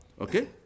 Okay